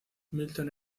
milton